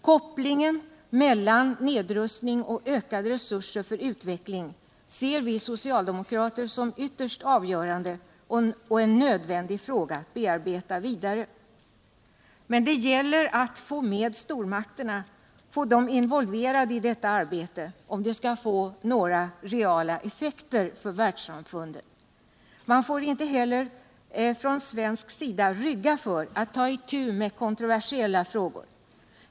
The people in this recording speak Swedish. Kopplingen metlan nedrustning och ökade resurser för utveckling ser vi socialdemokrater som ytterst avgörande och en nödvändig fråga att bearbeta vidare. Men det gäller att få med stormakterna, få dem involverade i detta arbete, om det skall få några reala effekter för världssamfundet. Man får inte heller från svensk sida ryvgga för att tå itu med kontroversiella frågor.